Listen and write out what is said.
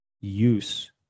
use